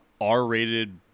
R-rated